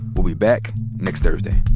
we'll be back next thursday